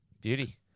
Beauty